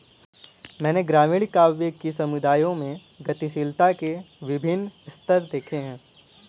मैंने ग्रामीण काव्य कि समुदायों में गतिशीलता के विभिन्न स्तर देखे हैं